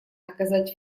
оказать